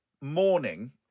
morning